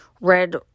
red